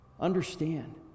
understand